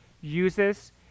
uses